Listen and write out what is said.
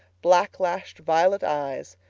black-lashed violet eyes,